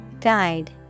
Guide